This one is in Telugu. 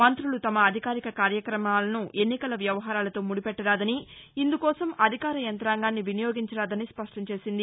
మంతులు తమ అధికారిక కార్యక్రమాలను ఎన్నికల వ్యవహారాలతో ముడిపెట్టరాదని ఇందుకోసం అధికార యంతాంగాన్ని వినియోగించరాదని స్పష్టం చేసింది